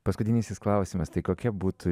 paskutinysis klausimas tai kokia būtų